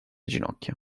ginocchia